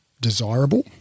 desirable